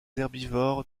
herbivores